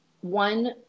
one